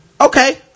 Okay